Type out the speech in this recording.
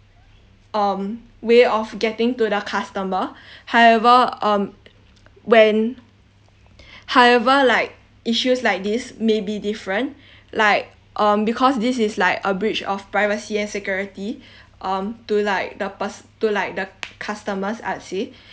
um way of getting to the customer however um when however like issues like this may be different like um because this is like a breach of privacy and security um to like the pers~ to like the customers I would say